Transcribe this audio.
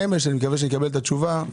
מקווה שיקבל את התשובה.